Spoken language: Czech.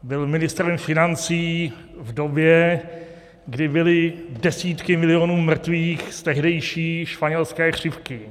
Byl ministrem financí v době, kdy byly desítky milionů mrtvých z tehdejší španělské chřipky.